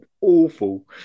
awful